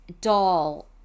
doll